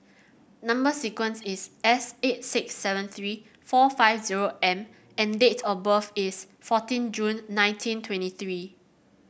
number sequence is S eight six seven three four five zero M and date of birth is fourteen June nineteen twenty three